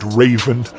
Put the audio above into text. raven